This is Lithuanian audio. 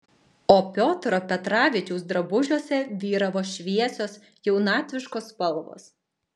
o piotro petravičiaus drabužiuose vyravo šviesios jaunatviškos spalvos